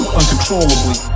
uncontrollably